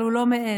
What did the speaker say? אבל הוא לא מעז.